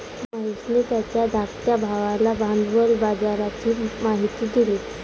महेशने त्याच्या धाकट्या भावाला भांडवल बाजाराची माहिती दिली